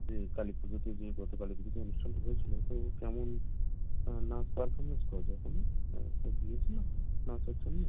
হুম কালী পুজোতে যে গত কালী পুজোতে অনুষ্ঠানটা হয়েছিল তো ও কেমন নাচ পারফরমেন্স করেছে ওখানে ও তো গিয়েছিল নাচের জন্য